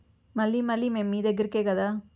మళ్ళీ మళ్ళీ మేం మీ దగ్గర్కే కదా